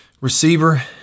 receiver